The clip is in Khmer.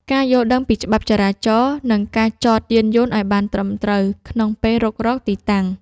ការយល់ដឹងពីច្បាប់ចរាចរណ៍ និងការចតយានយន្តឱ្យបានត្រឹមត្រូវក្នុងពេលរុករកទីតាំង។